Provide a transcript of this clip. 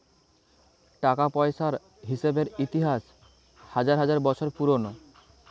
টাকা পয়সার হিসেবের ইতিহাস হাজার হাজার বছর পুরোনো